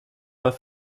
pas